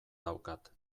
daukat